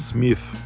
Smith